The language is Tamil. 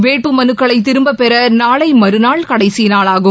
வேட்பு மனுக்களை திரும்பப்பெற நாளை மறுநாள் கடைசி நாளாகும்